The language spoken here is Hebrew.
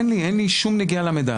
אין לי שום נגיעה למידע הזה.